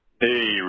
Hey